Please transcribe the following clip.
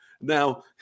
Now